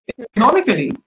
economically